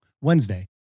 Wednesday